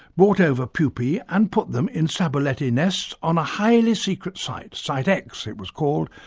brought over pupae and put them in sabuleti nests on a highly secret site, site x it was called,